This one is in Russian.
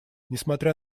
несмотря